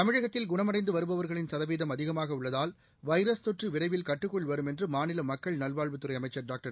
தமிழகத்தில் குணமடைந்து வருபவா்களின் சதவீதம் அதிகமாக உள்ளதால் வைரஸ் தொற்று விரைவில் கட்டுக்குள் வரும் என்று மாநில மக்கள் நல்வாழ்வுத்துறை அமைச்சர் டாக்டர்